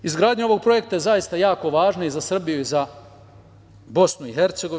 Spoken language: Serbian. Izgradnja ovog projekta je zaista jako važna i za Srbiju i za BiH.